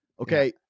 Okay